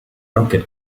rocket